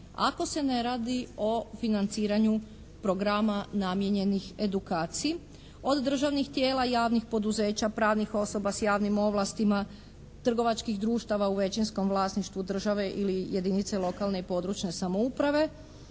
ako se ne radi o financiranju programa namijenjenih edukaciji. Od državnih tijela, javnih poduzeća, pravnih osoba sa javnim ovlastima, trgovačkih društava u većinskom vlasništvu države ili jedinice lokalne i područne samouprave,